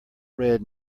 red